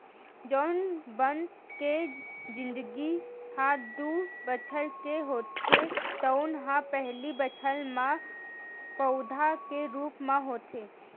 जउन बन के जिनगी ह दू बछर के होथे तउन ह पहिली बछर म पउधा के रूप म होथे